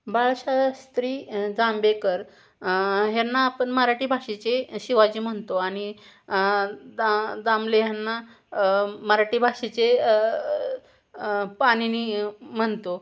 बाळशास्त्री जांभेकर ह्यांना आपण मराठी भाषेचे शिवाजी म्हणतो आणि दा दामले ह्यांना मराठी भाषेचे पाणिनी म्हणतो